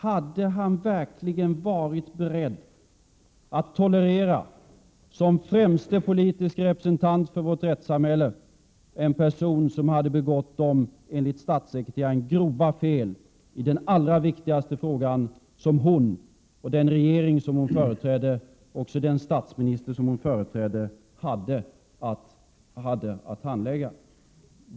Hade han verkligen varit beredd att som främste politiske representant för vårt rättssamhälle tolerera en person som enligt statssekreteraren hade begått grova fel när det gäller den allra viktigaste fråga som hon och den regering och den statsminister hon företrädde hade att handlägga?